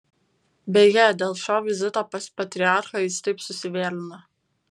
beje dėl šio vizito pas patriarchą jis taip susivėlino